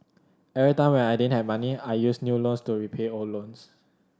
every time when I didn't have money I used new loans to repay old loans